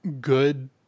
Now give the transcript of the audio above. good